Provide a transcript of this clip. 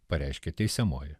pareiškė teisiamoji